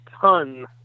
ton